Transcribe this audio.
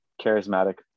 charismatic